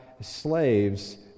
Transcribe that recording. slaves